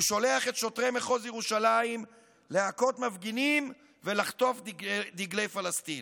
הוא שולח את שוטרי מחוז ירושלים להכות מפגינים ולחטוף דגלי פלסטין.